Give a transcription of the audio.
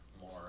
more